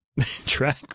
track